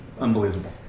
unbelievable